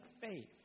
faith